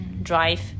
Drive